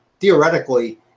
theoretically